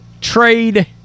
trade